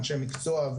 אנשי מקצוע,